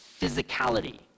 physicality